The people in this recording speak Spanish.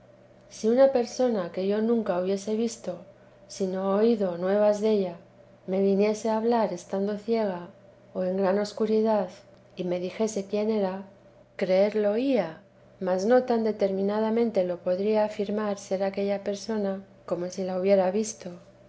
si una persona que yo nunca hubiese visto sino oído nuevas delta me viniese a hablar estando ciega o en gran escuridad y me dijese quién era creerlo ía mas no tan determinadamente lo podría afirmar ser aquella persona como si la hubiera visto